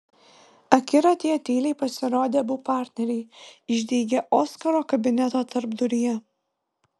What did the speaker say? akiratyje tyliai pasirodė abu partneriai išdygę oskaro kabineto tarpduryje